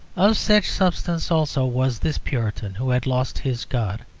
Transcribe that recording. of such substance also was this puritan who had lost his god.